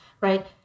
right